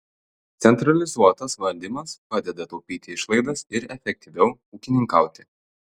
centralizuotas valdymas padeda taupyti išlaidas ir efektyviau ūkininkauti